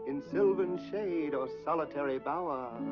and sylvan shade or solitary bower,